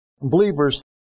Believers